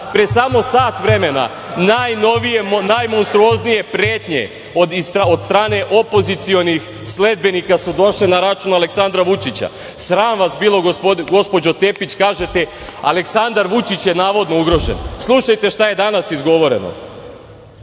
pre samo sat vremena najnovije, najmonstruoznije pretnje od strane opozicionih sledbenika su došle na račun Aleksandra Vučića. Sram vas bilo, gospođo Tepić, kažete - Aleksandar Vučić je navodno ugrožen. Slušajte šta je danas izgovoreno."Jad